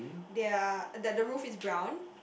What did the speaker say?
their that the the roof is brown